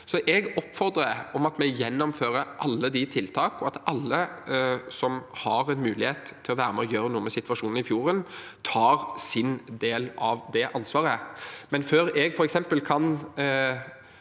jeg oppfordrer til at vi gjennomfører alle de tiltakene, og at alle som har en mulighet til å være med og gjøre noe med situasjonen i fjorden, tar sin del av det ansvaret.